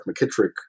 McKittrick